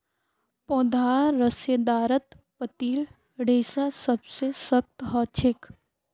पौधार रेशेदारत पत्तीर रेशा सबसे सख्त ह छेक